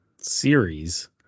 series